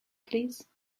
please